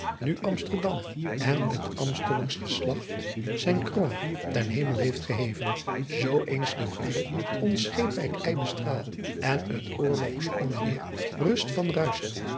u msterdam en t emstelers geslacht ijn roon ten emel heeft geheven oo eens de vreê ons scheeprijck bestrael n t oorlogs onwêer rust van